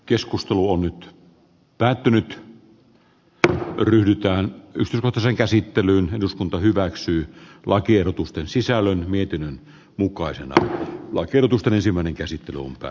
keskustelu on nyt päätynyt tähän yrittää nostaa sen käsittelyyn eduskunta hyväksyy lakiehdotusten sisällön mietinnön mukaisena vaikken edustan ensimmäinen käsite lunta